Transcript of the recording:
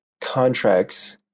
contracts